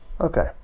okay